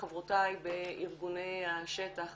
חברותיי בארגוני השטח,